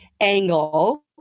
angle